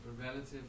relative